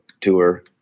tour